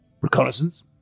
Reconnaissance